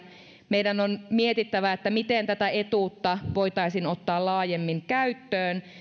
meidän on mietittävä miten tätä etuutta voitaisiin ottaa laajemmin käyttöön